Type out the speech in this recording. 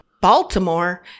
Baltimore